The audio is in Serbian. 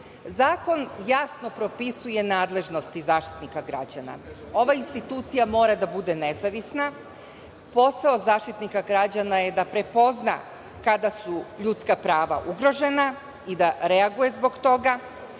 jasno propisuje nadležnosti Zaštitnika građana. Ova institucija mora da bude nezavisna, posao Zaštitnika građana je da prepozna kada su ljudska prava ugrožena i da reaguje zbog toga.